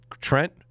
Trent